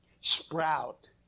sprout